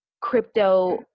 crypto